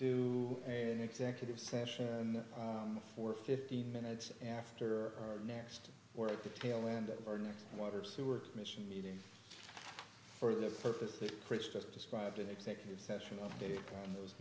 do an executive session for fifteen minutes after next we're at the tail end of our next water sewer commission meeting for the purpose that chris just described in executive session update on those